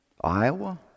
Iowa